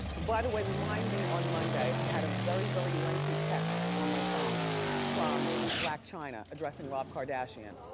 by the way, remind me on monday. i had a very, very lengthy text on my phone from black china addressing rob kardashian.